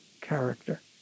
character